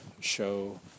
show